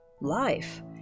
life